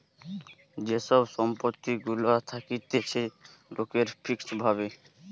যে সব সম্পত্তি গুলা থাকতিছে লোকের ফিক্সড ভাবে